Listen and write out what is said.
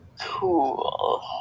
Cool